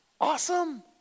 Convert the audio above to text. Awesome